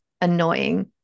annoying